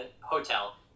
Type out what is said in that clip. hotel